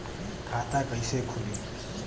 खाता कइसे खुली?